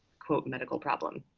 quote, medical problem.